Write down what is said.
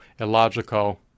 illogical